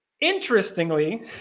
interestingly